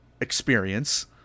experience